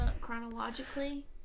Chronologically